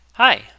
Hi